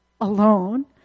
alone